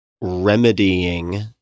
remedying